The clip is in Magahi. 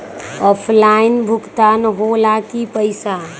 ऑफलाइन भुगतान हो ला कि पईसा?